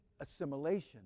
assimilation